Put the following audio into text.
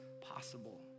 possible